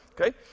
okay